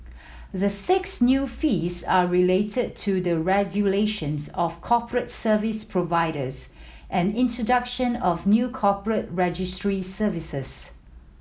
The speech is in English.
the six new fees are related to the regulations of corporate service providers and introduction of new corporate registry services